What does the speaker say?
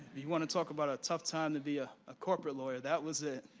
you want to talk about a tough time to be ah a corporate lawyer, that was it.